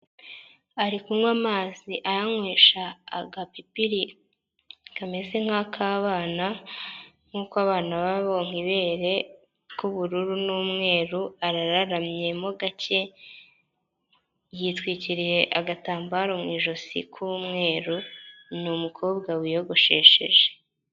Ari kunywa amazi ayanywesha agapipiri kameze nk'ak'abana nk'uko abana baboka ibere k'ubururu n'umweru arararamye mo gake, yitwikiriye agatambaro mu ijosi k'umweru, ni umukobwa wiyogoshesheje.